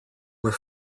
was